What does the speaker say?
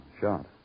Shot